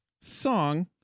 Song